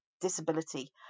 disability